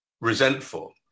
resentful